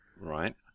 Right